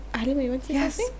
yes